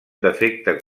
defecte